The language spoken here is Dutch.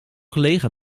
collega